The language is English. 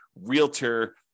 realtor